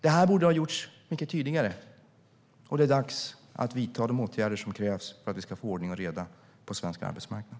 Det här borde ha gjorts mycket tidigare. Det är dags att vi vidtar de åtgärder som krävs för att vi ska få ordning och reda på svensk arbetsmarknad.